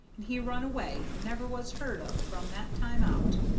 and he run away, and never was heard of from that time out.